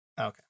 Okay